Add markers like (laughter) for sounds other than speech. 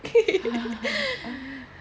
(laughs)